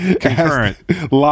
Concurrent